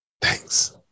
Thanks